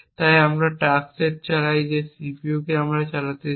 তাই আমরা task set চালাই যে সিপিইউকে আমরা চালাতে চাই